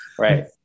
right